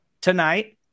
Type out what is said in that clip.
tonight